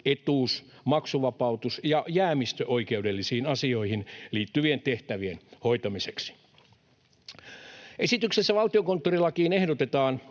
etuus‑, maksuvapautus‑ ja jäämistöoikeudellisiin asioihin liittyvien tehtävien hoitamiseksi. Esityksessä valtiokonttorilakiin ehdotetaan,